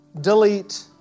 delete